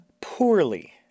poorly